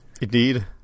Indeed